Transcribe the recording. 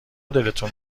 دلتون